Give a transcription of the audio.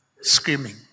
screaming